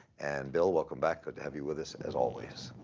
and bill, welcome back. good to have you with us, as always.